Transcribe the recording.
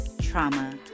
trauma